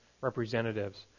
representatives